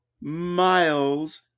miles